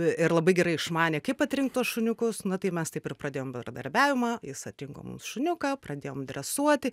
ir labai gerai išmanė kaip atrinkt tuos šuniukus na tai mes taip ir pradėjom bendradarbiavimą jis atitinko mums šuniuką pradėjom dresuoti